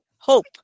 Hope